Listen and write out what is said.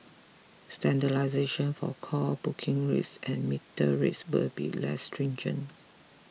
standardisation for call booking rates and metered rates will be less stringent